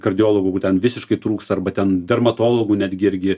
kardiologų ten visiškai trūksta arba ten dermatologų netgi irgi